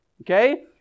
okay